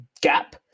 gap